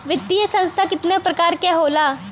वित्तीय संस्था कितना प्रकार क होला?